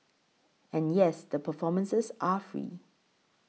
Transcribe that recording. and yes the performances are free